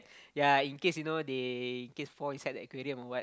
yea in case you know they in case fall inside the aquarium or what